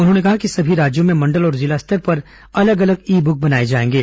उन्होंने कहा कि सभी राज्यों में मंडल और जिला स्तर पर अलग अलग ई बुक बनाए जाएंगे